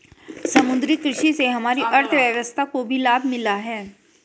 समुद्री कृषि से हमारी अर्थव्यवस्था को भी लाभ मिला है